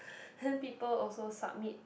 ten people also submit